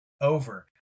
over